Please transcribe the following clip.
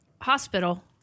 hospital